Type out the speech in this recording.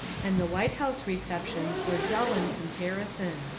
and the white house receptions were dull in comparison.